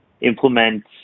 implement